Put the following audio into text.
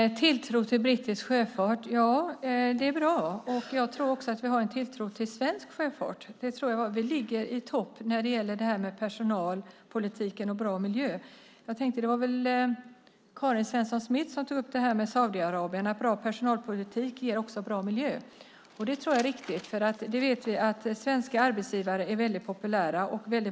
Fru talman! Det är bra att det finns en tilltro till brittisk sjöfart. Jag tror också att vi har en tilltro till svensk sjöfart. Vi ligger i topp när det gäller personalpolitik och bra miljö. Det var väl Karin Svensson Smith som tog upp exemplet Saudiarabien och att bra personalpolitik också ger bra miljö. Jag tror att det är riktigt. Vi vet ju att svenska arbetsgivare är populära.